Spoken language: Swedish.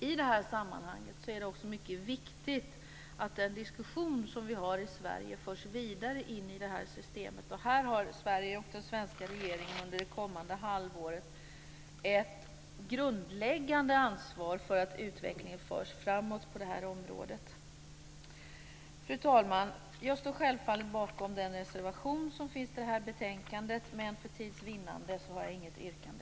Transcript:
I det här sammanhanget är det också mycket viktigt att den diskussion som vi har i Sverige förs vidare in i detta system. Här har Sverige och den svenska regeringen under det kommande halvåret ett grundläggande ansvar för att utvecklingen förs framåt på detta området. Fru talman! Jag står självfallet bakom den reservation som finns till det här betänkandet, men för tids vinnande har jag inget yrkande.